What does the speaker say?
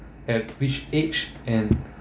at which age and